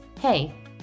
hey